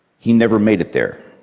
he never made it there.